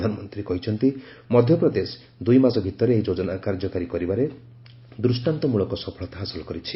ପ୍ରଧାନମନ୍ତ୍ରୀ କହିଛନ୍ତି ମଧ୍ୟପ୍ରଦେଶ ଦୁଇମାସ ଭିତରେ ଏହି ଯୋଜନା କାର୍ଯ୍ୟକାରୀ କରିବାରେ ଦୃଷ୍ଟାନ୍ତମୂଳକ ସଫଳତା ହାସଲ କରିଛି